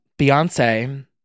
Beyonce